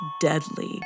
deadly